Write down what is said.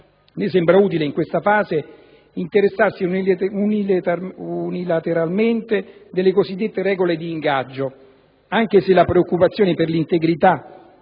Né sembra utile in questa fase interessarsi unilateralmente delle cosiddette regole di ingaggio, anche se la preoccupazione per l'integrità,